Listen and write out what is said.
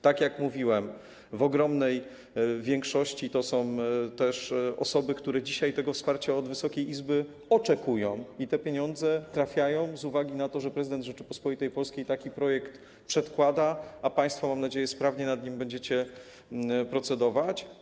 Tak jak mówiłem, w ogromnej większości to są też osoby, które dzisiaj tego wsparcia od Wysokiej Izby oczekują, i te pieniądze trafiają z uwagi na to, że prezydent Rzeczypospolitej Polskiej taki projekt przedkłada, a państwo, mam nadzieję, sprawnie nad nim będziecie procedować.